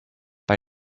bei